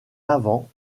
avant